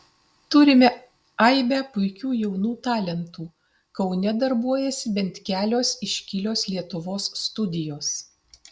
turime aibę puikių jaunų talentų kaune darbuojasi bent kelios iškilios lietuvos studijos